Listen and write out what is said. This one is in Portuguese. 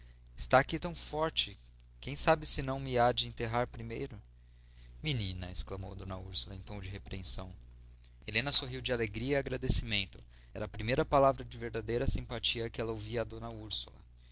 está ainda tão forte quem sabe se não me há de enterrar primeiro menina exclamou d úrsula em tom de repreensão helena sorriu de alegria e agradecimento era a primeira palavra de verdadeira simpatia que ouvia a d úrsula